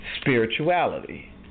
spirituality